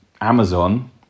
Amazon